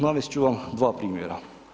Navest ću vam dva primjera.